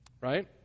right